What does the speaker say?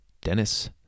Dennis